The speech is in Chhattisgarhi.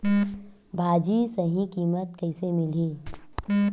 भाजी सही कीमत कइसे मिलही?